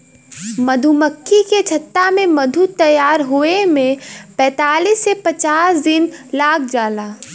मधुमक्खी के छत्ता में मधु तैयार होये में पैंतालीस से पचास दिन लाग जाला